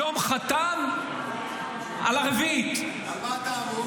-- היום חתם על הרביעית -- על מה אתה אמון?